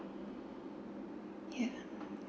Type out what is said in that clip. ya